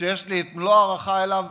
שיש לי מלוא ההערכה אליו,